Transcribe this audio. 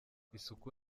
isuku